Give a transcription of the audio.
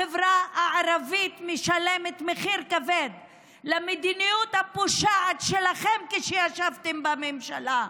החברה הערבית משלמת מחיר כבד על המדיניות הפושעת שלכם כשישבתם בממשלה,